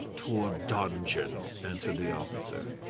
to a dungeon, answered the officer.